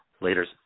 Later